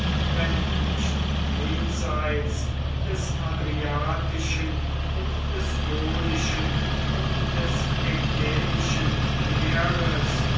wenn nicht jenseits des adriatischen und des ionischen und des ägäischen meeres